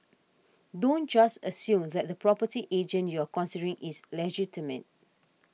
don't just assume that the property agent you're considering is legitimate